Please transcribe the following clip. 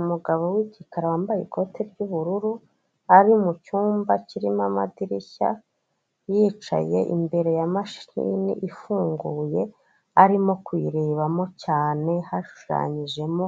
Umugabo w'igikara wambaye ikote ry'ubururu, ari mu cyumba kirimo amadirishya, yicaye imbere ya mashini ifunguye, arimo kuyirebamo cyane, hashushanyijemo